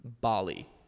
Bali